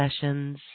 sessions